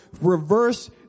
reverse